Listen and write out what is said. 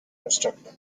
instructor